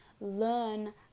learn